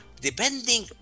depending